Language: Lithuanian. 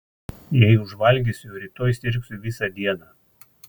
jei užvalgysiu rytoj sirgsiu visą dieną